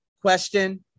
Question